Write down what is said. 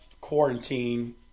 quarantine